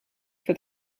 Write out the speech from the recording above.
for